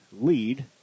lead